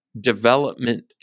development